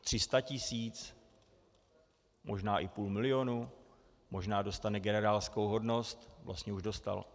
Tři sta tisíc, možná i půl milionu, možná dostane generálskou hodnost, vlastně už dostal.